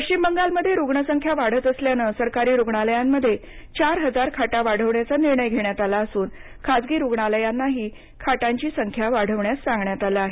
पश्चिम बंगालमध्ये रुग्णसंख्या वाढत असल्यानं सरकारी रुग्णालयांमध्ये चार हजार खाटा वाढवण्याचा निर्णय घेण्यात आला असून खासगी रुग्णालयांनाही खाटांची संख्या वाढवण्यास सांगण्यात आलं आहे